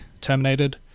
terminated